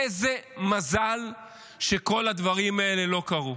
איזה מזל שכל הדברים האלה לא קרו.